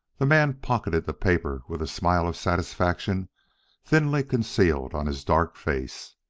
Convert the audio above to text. the man pocketed the paper with a smile of satisfaction thinly concealed on his dark face.